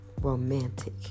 romantic